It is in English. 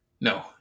No